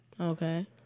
okay